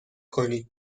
کنید